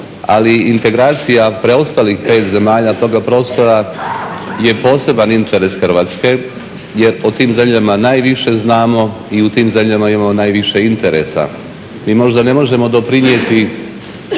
ali integracija preostalih pet zemalja toga prostora je poseban interes Hrvatske jer o tim zemljama najviše znamo i u tim zemljama imamo najviše interesa. Mi možda na možemo doprinijeti